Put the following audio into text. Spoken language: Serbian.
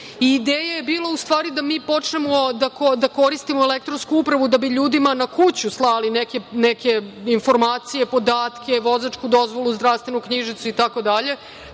ideja je bila u stvari da mi počnemo da koristimo elektronsku upravu da bi ljudima na kuću slali neke informacije, podatke, vozačku dozvolu, zdravstvenu knjižicu itd.